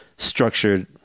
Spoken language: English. structured